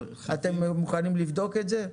אתם מוכנים לבדוק את זה?